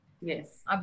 Yes